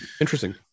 interesting